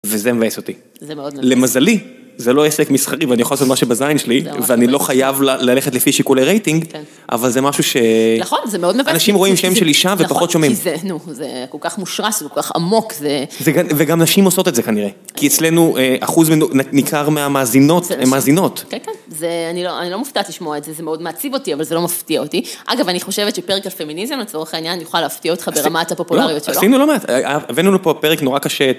וזה מבאס אותי, למזלי זה לא עסק מסחרי, אני יכול לעשות מה שבזין שלי ואני לא חייב ללכת לפי שיקולי רייטינג, אבל זה משהו ש... אנשים רואים שם של אישה ופחות שומעים. נכון, כי זה כל כך מושרש וכל כך עמוק. וגם נשים עושות את זה כנראה, כי אצלנו אחוז ניכר מהמאזינות, הם מאזינות. כן, כן, אני לא מופתעת לשמוע את זה, זה מאוד מעציב אותי אבל זה לא מפתיע אותי. אגב, אני חושבת שפרק על פמיניזם, לצורך העניין, אני יכולה להפתיע אותך ברמת הפופולריות שלו. עשינו לא מעט, הבאנו לו פה פרק נורא קשה.